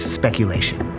speculation